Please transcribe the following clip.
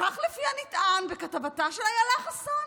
כך לפי הנטען בכתבתה של אילה חסון,